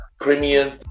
premium